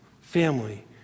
family